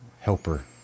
helper